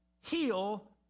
heal